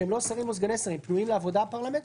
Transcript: שהם לא שרים או סגני שרים פנויים לעבודה הפרלמנטרית,